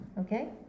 Okay